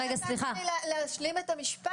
את לא נתת לי להשלים את המשפט.